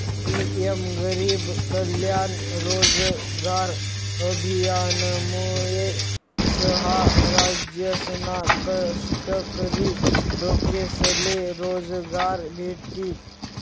PM गरीब कल्याण रोजगार अभियानमुये सहा राज्यसना कष्टकरी लोकेसले रोजगार भेटी